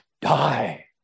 die